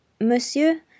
Monsieur